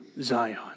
Zion